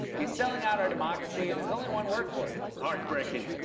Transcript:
he's selling out our democracy, and there's only one word for it. heartbreaking.